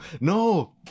no